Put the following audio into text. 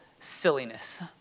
silliness